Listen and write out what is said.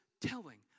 telling